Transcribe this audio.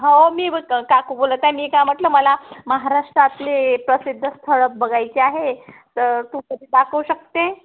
हो मी क काकू बोलत आहे मी काय म्हटलं मला महाराष्ट्रातले प्रसिद्ध स्थळं बघायचे आहे तर तू कधी दाखवू शकते